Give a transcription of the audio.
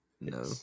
No